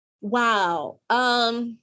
Wow